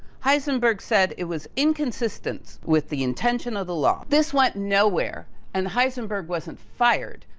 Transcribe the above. heisenberg said, it was inconsistent with the intention of the law. this went nowhere and heisenberg wasn't fired,